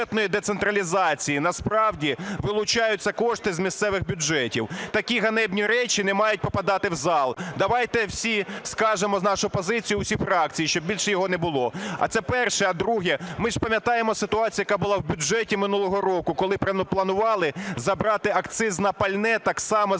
бюджетної децентралізації. Насправді вилучаються кошти з місцевих бюджетів. Такі ганебні речі не мають попадати в зал, давайте всі скажемо нашу позицію, всіх фракцій, щоб більше його не було. Це перше. А друге, ми ж пам'ятаємо ситуацію, яка була в бюджеті минулого року, коли планували забрати акциз на пальне так само з місцевих